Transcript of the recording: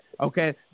Okay